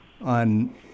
on